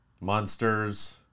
Monsters